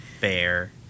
Fair